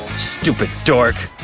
stupid dork.